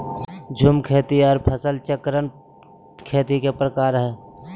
झूम खेती आर फसल चक्रण खेती के प्रकार हय